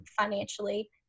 financially